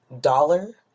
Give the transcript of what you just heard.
dollar